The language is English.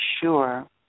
sure